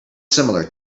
similar